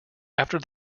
after